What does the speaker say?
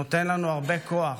נותן לנו הרבה כוח.